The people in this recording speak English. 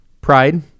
Pride